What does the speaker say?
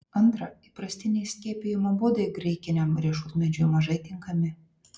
antra įprastiniai skiepijimo būdai graikiniam riešutmedžiui mažai tinkami